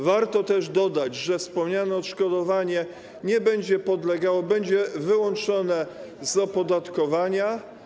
Warto też dodać, że wspomniane odszkodowanie nie będzie podlegało, będzie wyłączone z opodatkowania.